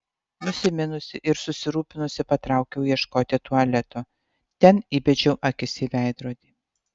nusiminusi ir susirūpinusi patraukiau ieškoti tualeto ten įbedžiau akis į veidrodį